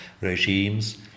regimes